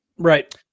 right